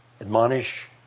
admonish